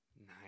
Nice